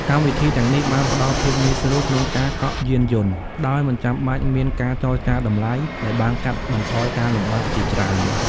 កម្មវិធីទាំងនេះបានផ្តល់ភាពងាយស្រួលក្នុងការកក់យានយន្តដោយមិនចាំបាច់មានការចរចាតម្លៃដែលបានកាត់បន្ថយការលំបាកជាច្រើន។